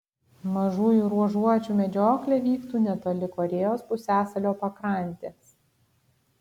mažųjų ruožuočių medžioklė vyktų netoli korėjos pusiasalio pakrantės